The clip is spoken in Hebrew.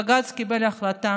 בג"ץ קיבל החלטה